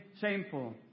shameful